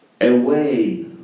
away